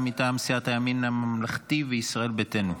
מטעם סיעות הימין הממלכתי וישראל ביתנו.